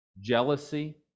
jealousy